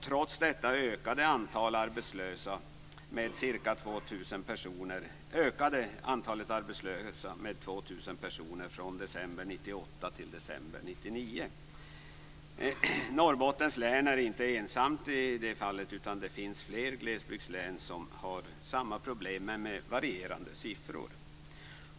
Trots detta ökade antalet arbetslösa med 2 000 personer från december Norrbottens län är inte ensamt i det fallet. Fler glesbygdslän har samma problem men med varierande siffror.